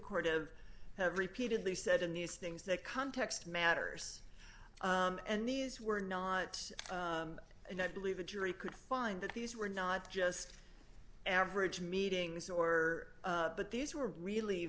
court of have repeatedly said in these things that context matters and these were not and i believe a jury could find that these were not just average meetings or but these were really